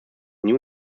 new